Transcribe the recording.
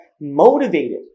motivated